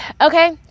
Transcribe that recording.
Okay